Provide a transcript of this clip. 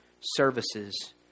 services